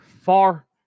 far